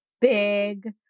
big